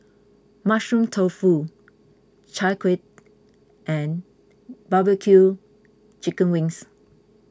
Mushroom Tofu Chai Kueh and Barbecue Chicken Wings